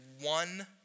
one